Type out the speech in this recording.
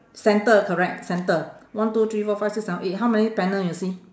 centre correct centre one two three four five six seven eight how many panel you see